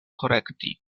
korekti